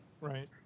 Right